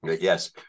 yes